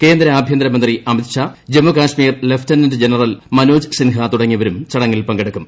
കേന്ദ്ര ആഭ്യന്തരമന്ത്രി Amit Shah Jammu Kashmir lieutenant general Manoj Sinha തുടങ്ങിയവരും ചടങ്ങിൽ ് പങ്കെടുക്കും